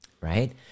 right